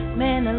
man